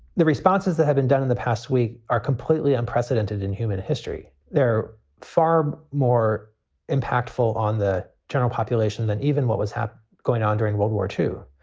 the responses that have been done in the past week are completely unprecedented in human history. they're far more impactful on the general population than even what was going on during world war two.